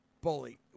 Bully